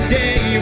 day